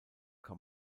kann